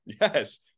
Yes